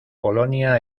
polonia